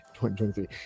2023